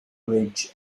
bridge